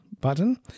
button